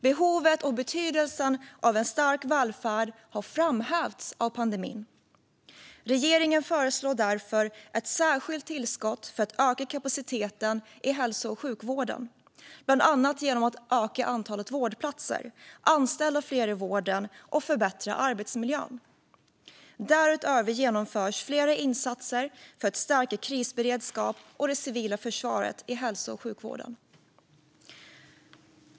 Behovet och betydelsen av en stark välfärd har framhävts av pandemin. Regeringen föreslår därför ett särskilt tillskott för att öka kapaciteten i hälso och sjukvården, bland annat genom att öka antalet vårdplatser, anställa fler i vården och förbättra arbetsmiljön. Därutöver genomförs flera insatser för att stärka krisberedskap och det civila försvaret i hälso och sjukvården.